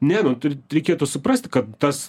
ne nu tai reikėtų suprasti kad tas